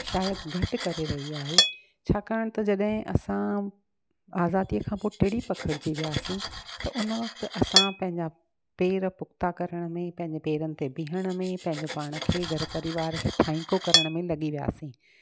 शायदि घटि करे रही आहे छाकाणि त जॾहिं असां आज़ादीअ खां पोइ टिणी पखणजी वियासीं त उन वक़्तु असां पंहिंजा पैर पुख्ता करण में पंहिंजे पेरनि ते बीहण में पंहिंजे पाण खे घर परिवार खे थाईंको करण में लॻी वियासीं